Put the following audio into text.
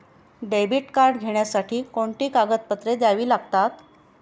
Debit card घेण्यासाठी कोणती कागदपत्रे द्यावी लागतात?